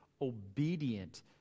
obedient